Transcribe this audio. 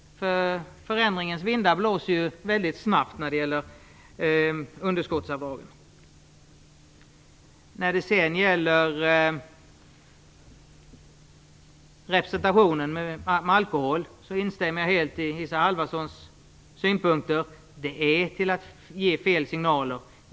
Förändringens vindar blåser ju väldigt snabbt när det gäller underskottsavdragen. När det gäller representationen med alkohol, instämmer jag helt i Isa Halvarssons synpunkter. Detta är att ge fel signaler.